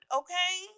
okay